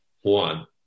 One